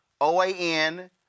OAN